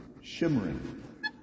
shimmering